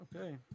Okay